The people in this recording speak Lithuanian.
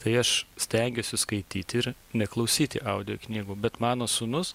tai aš stengiuosi skaityti ir neklausyti audio knygų bet mano sūnus